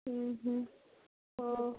ହୁଁ ହୁଁ ଓ